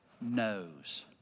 knows